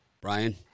Brian